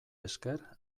esker